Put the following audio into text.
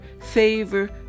favor